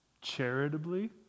charitably